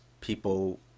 people